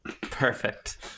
Perfect